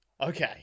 Okay